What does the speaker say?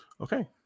Okay